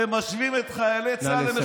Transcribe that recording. הם משווים את חיילי צה"ל, נא לסכם.